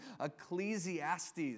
Ecclesiastes